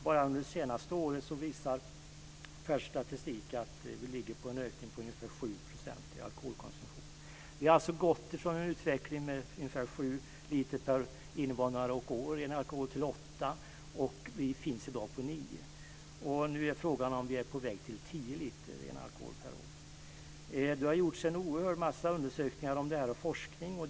Färsk statistik visar att alkoholkonsumtionen bara det senaste året ökat med ungefär 7 %. Vi har gått från en konsumtion om ungefär 7 liter per invånare och år till i dag 9 liter per invånare och år. Frågan är om vi nu är på väg mot 10 liter per invånare och år. Det har gjorts en oerhörd mängd av undersökningar och forskning omkring detta.